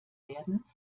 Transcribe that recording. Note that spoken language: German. werden